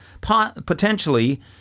potentially